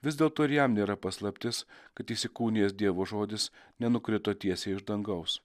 vis dėlto ir jam nėra paslaptis kad įsikūnijęs dievo žodis nenukrito tiesiai iš dangaus